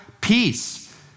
peace